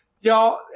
y'all